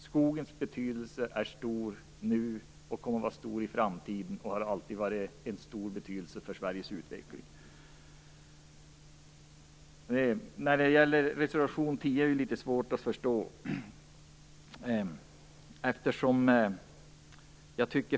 Skogen är av stor betydelse, och den kommer att vara det i framtiden, precis som skogen alltid har varit av stor betydelse för Sveriges utveckling. Reservation nr 10 är litet svår att förstå.